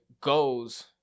goes